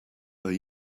are